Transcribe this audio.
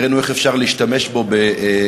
הראינו איך אפשר להשתמש בו ביעילות,